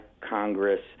Congress